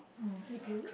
mm if you